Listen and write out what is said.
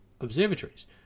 observatories